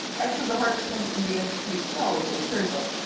actually, the hardest thing in the industry to sell is a third book.